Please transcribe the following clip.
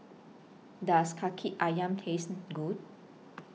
Does Kaki Ayam Taste Good